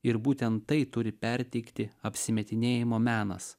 ir būtent tai turi perteikti apsimetinėjimo menas